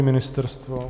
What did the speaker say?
Ministerstvo?